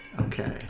Okay